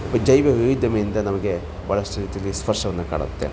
ಜೈವ ವೈವಿಧ್ಯಮಯಿಂದ ನಮಗೆ ಭಾಳಷ್ಟು ರೀತೀಲಿ ಸ್ವರ್ಶವನ್ನು ಕಾಣುತ್ತೆ